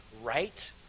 Right